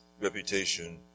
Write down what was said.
reputation